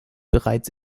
bereits